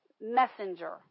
messenger